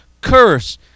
curse